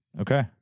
Okay